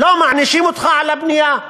לא מענישים אותך על הבנייה,